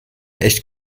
echt